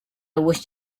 wish